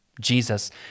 jesus